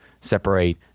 separate